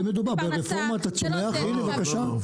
על זה מדובר ברפורמת הצומח הנה בבקשה.